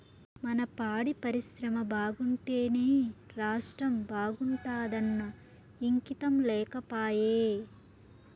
మన పాడి పరిశ్రమ బాగుంటేనే రాష్ట్రం బాగుంటాదన్న ఇంగితం లేకపాయే